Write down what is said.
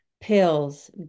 Pills